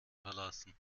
verlassen